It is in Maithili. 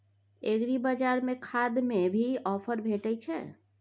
एग्रीबाजार में खाद में भी ऑफर भेटय छैय?